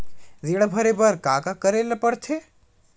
ऋण भरे बर का का करे ला परथे?